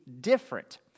different